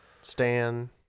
Stan